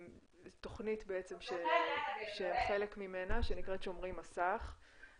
עם תכנית שהיא חלק ממנה שנקראת 'שומרים מסך'.